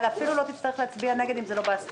אבל אפילו לא תצטרך להצביע נגד אם זה לא בהסכמות.